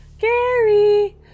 Gary